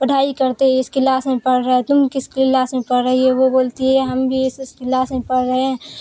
پڑھائی کرتے اس کلاس میں پڑھ رہے تم کلاس میں پڑھ رہی ہے وہ بولتی ہے ہم بھی اس کلاس میں پڑھ رہے ہیں